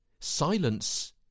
silence